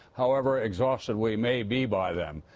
however exhausted we may be by them,